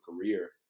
career